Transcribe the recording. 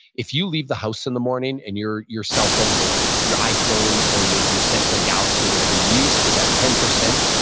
if you leave the house in the morning and your your cell phone, your your iphone or your your samsung galaxy or whatever you use is at ten percent,